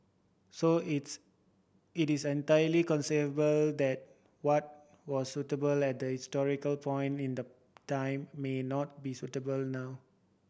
so it's it is entirely conceivable that what was suitable that historical point in the time may not be suitable now